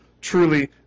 truly